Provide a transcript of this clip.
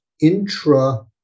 intra